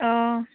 অঁ